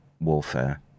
warfare